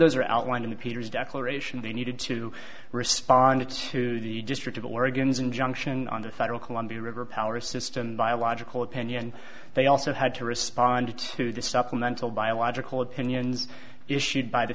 those are outlined in the peters declaration they needed to respond to the district of oregon's injunction on the federal columbia river power system biological opinion they also had to respond to the supplemental biological opinions issued by t